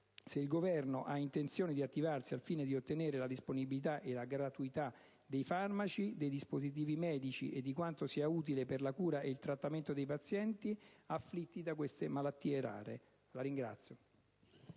della salute, e di attivarsi al fine di ottenere la disponibilità e la gratuità dei farmaci, dei dispositivi medici e di quanto sia utile per la cura ed il trattamento dei pazienti afflitti da malattie rare. Chiedo